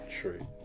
True